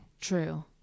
true